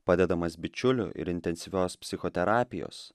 padedamas bičiulių ir intensyvios psichoterapijos